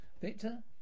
Victor